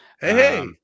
Hey